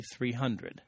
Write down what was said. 300